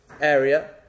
area